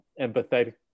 empathetic